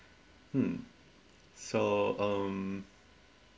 hmm so um